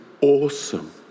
awesome